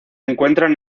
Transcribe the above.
encuentran